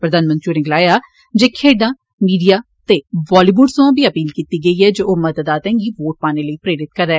प्रधानमंत्री होरें गलाया जे खेडे मीडिया ते बॉलीबुड सोयां बी अपील कीती गेदी ऐ जे ओह मतदाता गी वोट पाने लेई प्रेरित करै